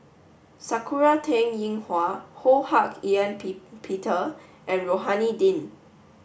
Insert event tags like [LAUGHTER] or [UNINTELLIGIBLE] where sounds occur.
Sakura Teng Ying Hua Ho Hak Ean [UNINTELLIGIBLE] Peter and Rohani Din